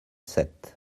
sept